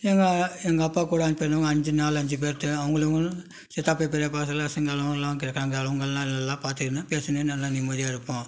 எங்கள் எங்கள் அப்பா கூட பிறந்தவங்க அஞ்சு நாலு அஞ்சு பேருது அவங்களும் இவங்களும் சித்தப்பா பெரியப்பா எல்லா சொந்தங்களும் எல்லா இங்கே இருக்காங்க அவங்கள்லாம் நல்லா பார்த்துக்குனு பேசின்னு நல்லா நிம்மதியாக இருப்போம்